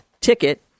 ticket